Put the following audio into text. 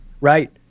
Right